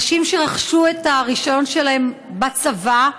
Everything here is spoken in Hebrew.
אנשים שרכשו את הרישיון שלהם בצבא,